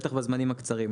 בטח בזמנים הקצרים.